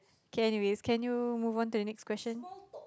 okay anyway can you move on to the next question